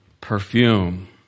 perfume